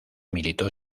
militó